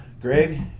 greg